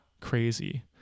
crazy